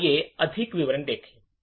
तो आइए अधिक विवरण देखें